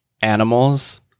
animals